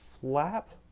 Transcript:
flap